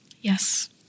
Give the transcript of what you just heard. Yes